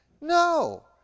No